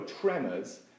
tremors